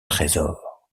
trésor